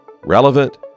relevant